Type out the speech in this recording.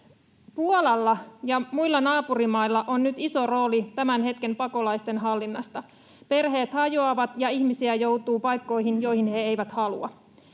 Puolalla ja muilla naapurimailla on nyt iso rooli tämän hetken pakolaisten hallinnassa. Perheet hajoavat, ja ihmisiä joutuu paikkoihin, joihin he eivät halua.